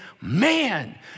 man